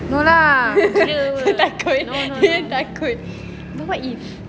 no lah gila ke apa no no no no